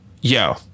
Yo